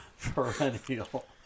Perennial